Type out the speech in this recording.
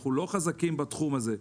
אנחנו לא חזקים בתחום הזה.